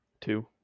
Two